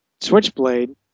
Switchblade